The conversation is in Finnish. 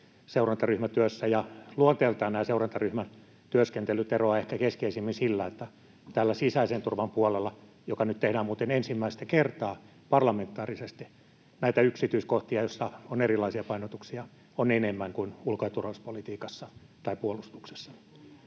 seurantaryhmätyössä. Luonteeltaan nämä seurantaryhmän työskentelyt eroavat ehkä keskeisimmin siinä, että sisäisen turvan puolella, joka nyt tehdään muuten ensimmäistä kertaa parlamentaarisesti, näitä yksityiskohtia, joissa on erilaisia painotuksia, on enemmän kuin ulko‑ ja turvallisuuspolitiikassa tai puolustuksessa